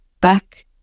back